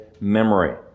memory